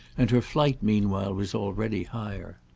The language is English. and her flight meanwhile was already higher.